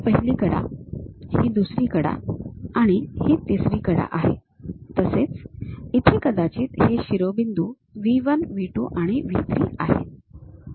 ही पहिली कडा ही दुसरी कडा आणि ही तिसरी कडा आहे तसेच इथे कदाचित हे शिरोबिंदू V 1 V 2 आणि V 3 आहेत